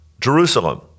Jerusalem